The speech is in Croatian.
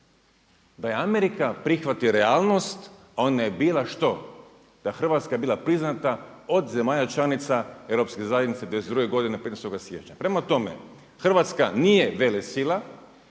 da Amerika prihvati realnost, ona je bila što, ta Hrvatska je bila priznata od zemalja članica europske zajednice 92. godine 15. siječnja. Prema tome, Hrvatska nije velesila